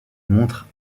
montre